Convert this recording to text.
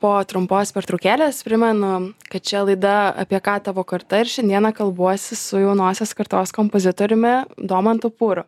po trumpos pertraukėlės primenu kad čia laida apie ką tavo karta ir šiandieną kalbuosi su jaunosios kartos kompozitoriumi domantu pūru